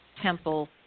temple